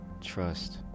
trust